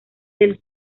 del